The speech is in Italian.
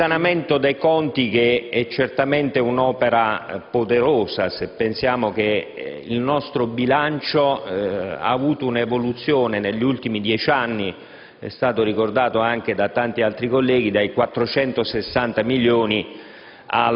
un risanamento dei conti che è certamente un'opera poderosa, se pensiamo che il nostro bilancio ha avuto un'evoluzione negli ultimi dieci anni - è stato ricordato anche da tanti altri colleghi - dai quasi 460 milioni